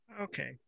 Okay